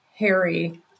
Harry